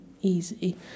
easy